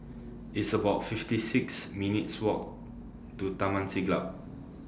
It's about fifty six minutes' Walk to Taman Siglap